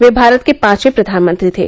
वे भारत के पांचवें प्रधानमंत्री थे